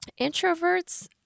Introverts